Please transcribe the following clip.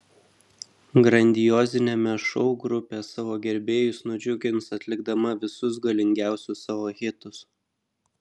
grandioziniame šou grupė savo gerbėjus nudžiugins atlikdama visus galingiausius savo hitus